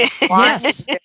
Yes